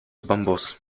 bambus